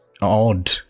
odd